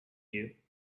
you